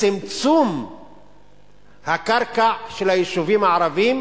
צמצום הקרקע של היישובים הערביים